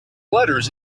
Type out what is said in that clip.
letters